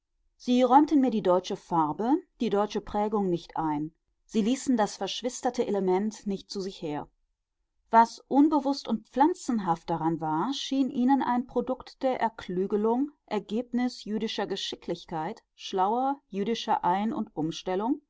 sie räumten mir die deutsche farbe die deutsche prägung nicht ein sie ließen das verschwisterte element nicht zu sich her was unbewußt und pflanzenhaft daran war schien ihnen ein produkt der erklügelung ergebnis jüdischer geschicklichkeit schlauer jüdischer ein und umstellung